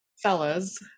Fellas